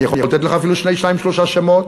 אני יכול לתת לך אפילו שניים-שלושה שמות.